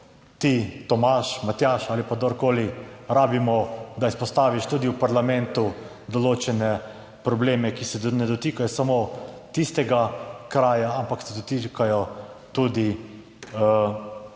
Ti, Tomaž, Matjaž ali pa kdorkoli rabimo, da izpostaviš tudi v parlamentu določene probleme, ki se ne dotikajo samo tistega kraja, ampak se dotikajo tudi nekih